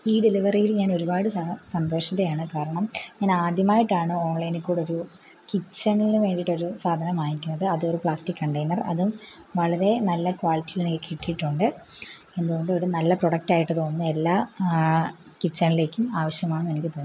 ഈ ഡെൽവിയറിയിൽ ഞാൻ ഒരുപാട് സന്തോഷിതയാണ് കാരണം ഞാൻ ആദ്യമായിട്ടാണ് ഓൺലൈനിൽക്കൂടെ ഒരു കിച്ചണിൽ വേണ്ടിയിട്ടൊരു സാധനം വാങ്ങിക്കുന്നത് അതൊരു പ്ലാസ്റ്റിക്ക് കണ്ടൈനർ അതും വളരെ നല്ല ക്വാളിറ്റിയിൽ എനിക്ക് കിട്ടിയിട്ടുണ്ട് എന്തുകൊണ്ടും ഒരു നല്ല പ്രൊഡക്റ്റ് ആയിട്ട് തോന്നി എല്ലാ കിച്ചണിലേക്കും ആവശ്യമാണ് എന്ന് എനിക്ക് തോന്നി